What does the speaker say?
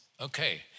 Okay